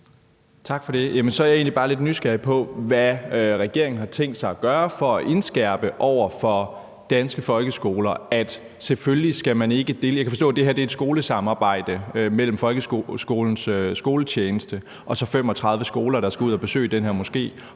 Tak for det. Så er jeg egentlig bare lidt nysgerrig på, hvad regeringen har tænkt sig at gøre for at indskærpe over for danske folkeskoler, at selvfølgelig skal man ikke det. Jeg kan forstå, at det her er et skolesamarbejde mellem Folkekirkens Skoletjeneste og 35 skoler, der alle sammen skal ud at besøge den her moské